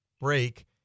break